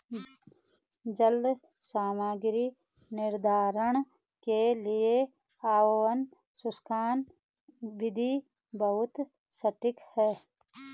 जल सामग्री निर्धारण के लिए ओवन शुष्कन विधि बहुत सटीक है